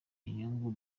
inyungu